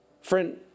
Friend